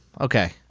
Okay